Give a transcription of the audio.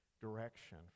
direction